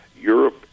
Europe